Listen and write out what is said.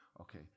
Okay